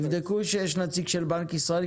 תבדקו שיש נציג של בנק ישראל,